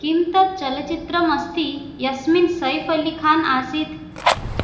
किं तत् चलच्चित्रमस्ति यस्मिन् सैफ् अलि खान् आसीत्